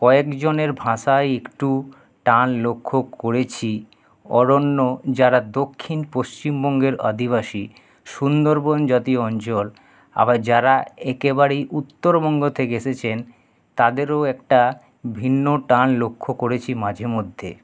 কয়েকজনের ভাষায় একটু টান লক্ষ্য করেছি অরণ্য যারা দক্ষিণ পশ্চিমবঙ্গের আদিবাসী সুন্দরবন জাতীয় অঞ্চল আবার যারা একেবারেই উত্তরবঙ্গ থেকে এসেছেন তাদেরও একটা ভিন্ন টান লক্ষ্য করেছি মাঝে মধ্যে